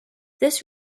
this